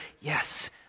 Yes